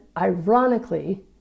ironically